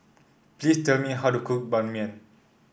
please tell me how to cook Ban Mian